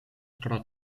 która